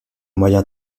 moyen